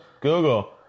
Google